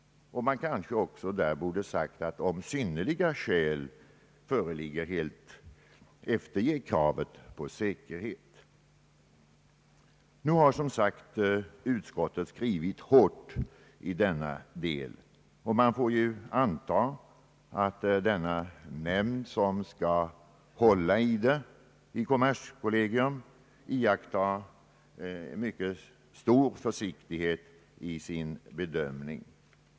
Man kanske också borde ha sagt att om synnerliga skäl föreligger kan man helt efterge kravet på säkerhet. Nu har som sagt utskottet skrivit hårt i denna del, och man får anta att den nämnd som skall hålla i det hela i kommerskollegium, skall iaktta en mycket stor försiktighet i sin bedömning.